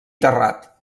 terrat